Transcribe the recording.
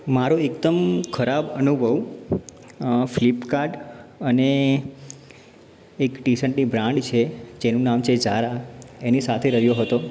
મારો એકદમ ખરાબ અનુભવ ફ્લિપકાર્ટ અને એક ટી શર્ટની બ્રાન્ડ છે જેનું નામ છે ઝારા એની સાથે રહ્યો હતો